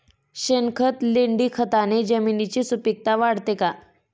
शेणखत, लेंडीखताने जमिनीची सुपिकता वाढते का?